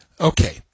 Okay